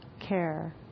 care